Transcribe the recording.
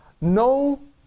no